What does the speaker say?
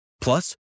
Plus